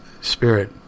spirit